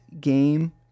game